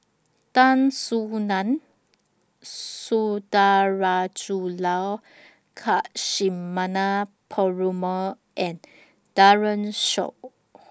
Tan Soo NAN Sundarajulu Lakshmana Perumal and Daren Shiau